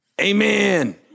Amen